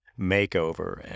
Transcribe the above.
makeover